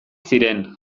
ziren